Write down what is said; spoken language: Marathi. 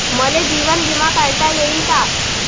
मले जीवन बिमा काढता येईन का?